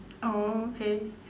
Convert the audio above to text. oh okay